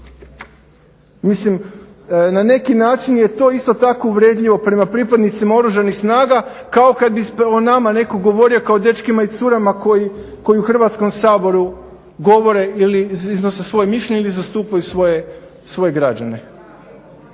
Mislim, na neki način je to isto tako uvredljivo prema pripadnicima Oružanih snaga, kao kad bi o nama govorio o dečkima i curama koji u Hrvatskom saboru govore, iznose svoje mišljenje ili zastupaju svoje građane.